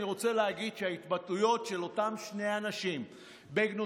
אני רוצה להגיד שההתבטאויות של אותם שני אנשים בגנותו